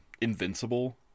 Invincible